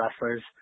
wrestlers